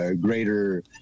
greater